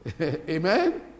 Amen